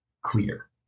clear